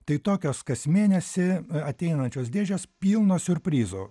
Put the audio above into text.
tai tokios kas mėnesį ateinančios dėžės pilnos siurprizų